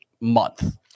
month